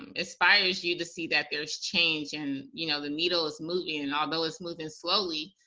and inspires you to see that there's change and you know the needle is moving, and although it's moving slowly,